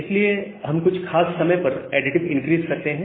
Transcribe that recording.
इसलिए हम कुछ खास समय पर एडिटिव इंक्रीज करते हैं